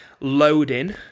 loading